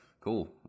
cool